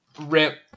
Rip